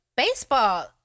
Baseball